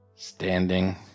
Standing